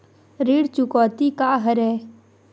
ऋण चुकौती का हरय?